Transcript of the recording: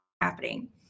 happening